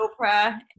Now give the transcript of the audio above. Oprah